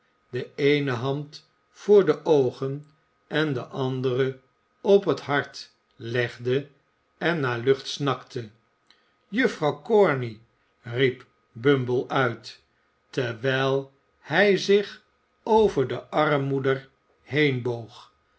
de eene hand voor de oogen en de andere op het hart legde en naar lucht snakte juffrouw corney riep bumble uit terwijl hij zich over de armmoeder